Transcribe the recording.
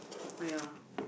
ah ya